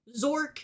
Zork